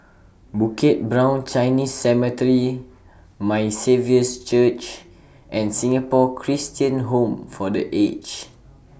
Bukit Brown Chinese Cemetery My Saviour's Church and Singapore Christian Home For The Aged